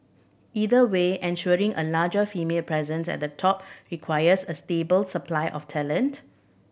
either way ensuring a larger female presence at the top requires a stable supply of talent